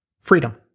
Freedom